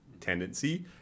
tendency